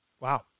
wow